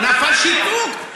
נפל שיתוק.